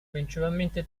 principalmente